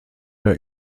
der